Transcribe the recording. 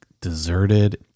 deserted